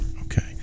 Okay